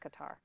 Qatar